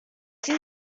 این